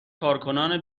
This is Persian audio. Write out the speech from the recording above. کارکنان